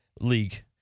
League